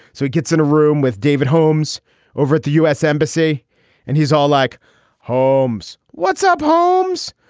so he gets in a room with david holmes over at the u s. embassy and he's all like holmes what's up, holmes?